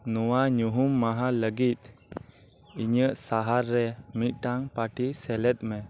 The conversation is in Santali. ᱱᱚᱣᱟ ᱧᱩᱦᱩᱢ ᱢᱟᱦᱟ ᱞᱟᱹᱜᱤᱫ ᱤᱧᱟᱹᱜ ᱥᱟᱦᱟᱨ ᱨᱮ ᱢᱤᱫᱴᱟᱝ ᱯᱟᱴᱤ ᱥᱮᱞᱮᱫ ᱢᱮ